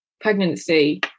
pregnancy